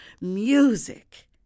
music